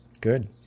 Good